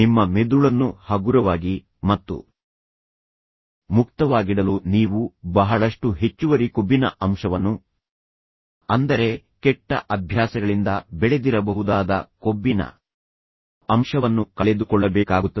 ನಿಮ್ಮ ಮೆದುಳನ್ನು ಹಗುರವಾಗಿ ಮತ್ತು ಮುಕ್ತವಾಗಿಡಲು ನೀವು ಬಹಳಷ್ಟು ಹೆಚ್ಚುವರಿ ಕೊಬ್ಬಿನ ಅಂಶವನ್ನು ಅಂದರೆ ಕೆಟ್ಟ ಅಭ್ಯಾಸಗಳಿಂದ ಬೆಳೆದಿರಬಹುದಾದ ಕೊಬ್ಬಿನ ಅಂಶವನ್ನು ಕಳೆದುಕೊಳ್ಳಬೇಕಾಗುತ್ತದೆ